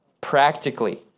Practically